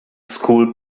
school